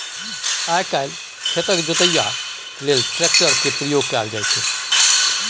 आइ काल्हि खेतक जोतइया लेल ट्रैक्टर केर प्रयोग कएल जाइ छै